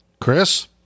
Chris